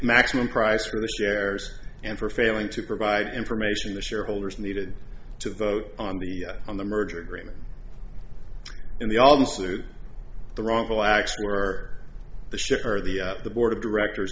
maximum price for the shares and for failing to provide information the shareholders needed to vote on the on the merger agreement and the almost the wrongful acts were the ship or the the board of directors